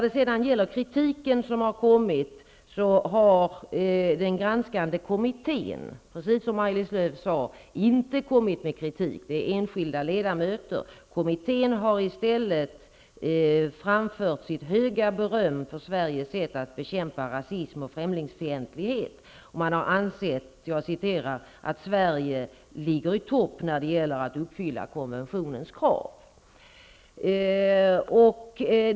Den granskande kommittén har, som Maj-Lis Lööw sade, inte kommit med kritik. Kritiken kommer från enskilda ledamöter. Kommittén har i stället framfört sitt höga beröm för Sveriges sätt att bekämpa rasism och främlingsfientlighet. Man har ansett ''att Sverige ligger i topp när det gäller att uppfylla konventionens krav''.